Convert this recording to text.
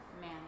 Man